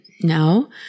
no